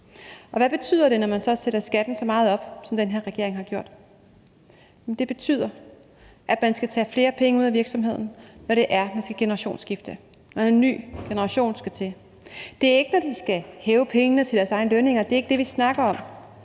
hvad betyder det så, når man sætter skatten så meget op, som den her regering har gjort? Det betyder, at man skal tage flere penge ud af virksomheden, når det er, at man skal generationsskifte; når en ny generation skal til. Det er ikke, når de skal hæve pengene til deres egne lønninger – det er ikke det, vi snakker om;